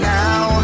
now